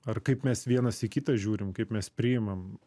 ar kaip mes vienas į kitą žiūrim kaip mes priimam